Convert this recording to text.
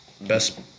best